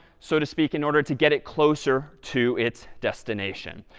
so to speak, in order to get it closer to its destination.